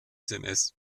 sms